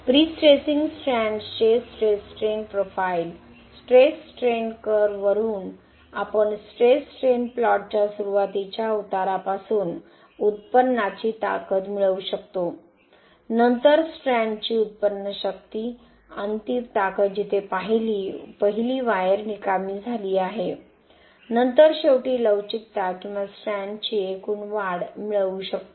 prestressing स्ट्रॅंड्सचे stress strain profile stress strain curve वरून आपण स्ट्रेस स्ट्रेन प्लॉटच्या सुरुवातीच्या उतारापासून उत्पन्नाची ताकद मिळवू शकतो नंतर स्ट्रँडची उत्पन्न शक्ती नंतर अंतिम ताकद जिथे पहिली वायर निकामी झाली आहे नंतर शेवटी लवचिकता किंवा स्ट्रँडची एकूण वाढ मिळवू शकतो